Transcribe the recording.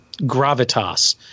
gravitas